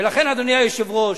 ולכן, אדוני היושב-ראש,